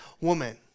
Woman